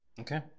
Okay